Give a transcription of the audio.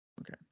Okay